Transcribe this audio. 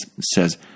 says